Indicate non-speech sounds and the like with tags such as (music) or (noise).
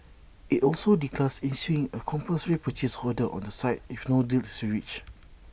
IT also did class issuing A compulsory purchase order on the site if no deal is reached (noise)